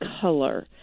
color